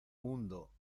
mundo